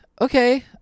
okay